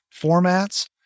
formats